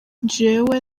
jewe